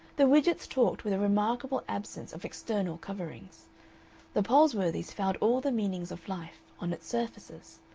the widgetts talked with a remarkable absence of external coverings the palsworthys found all the meanings of life on its surfaces.